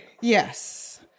Yes